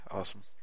Awesome